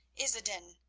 izzeddin,